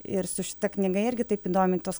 ir su šita knyga irgi taip įdomiai tuos